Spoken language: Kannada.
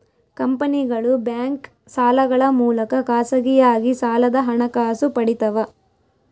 ಕಂಪನಿಗಳು ಬ್ಯಾಂಕ್ ಸಾಲಗಳ ಮೂಲಕ ಖಾಸಗಿಯಾಗಿ ಸಾಲದ ಹಣಕಾಸು ಪಡಿತವ